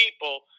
people